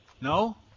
No